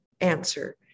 answer